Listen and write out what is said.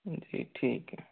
जी ठीक है